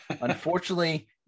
unfortunately